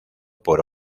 por